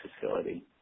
facility